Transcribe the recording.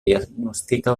diagnostica